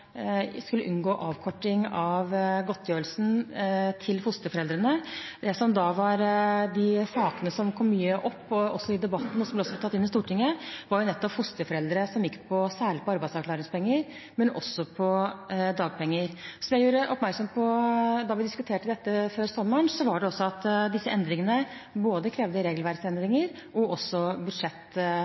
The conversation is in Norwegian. skulle unngå avkortning av fosterforeldrenes godtgjørelse. De sakene som kom mye opp i debatten, og som også ble tatt inn i Stortinget, gjaldt særlig fosterforeldre som går på arbeidsavklaringspenger, men også fosterforeldre som går på dagpenger. Som jeg gjorde oppmerksom på da vi diskuterte dette før sommeren, krever disse endringene både regelverksendringer og